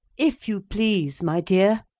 if you please, my dear.